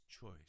choice